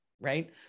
right